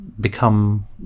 become